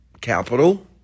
capital